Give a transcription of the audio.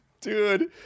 Dude